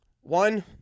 One